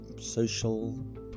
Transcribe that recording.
social